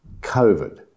COVID